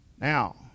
Now